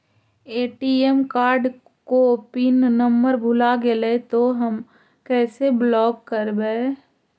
ATM card को pin number भुला गैले तौ हम कैसे ब्लॉक करवै?